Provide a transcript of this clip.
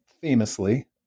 famously